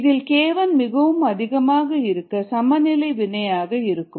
இதில் k1 மிகவும் அதிகமாக இருக்க சமநிலை வினையாக இருக்கும்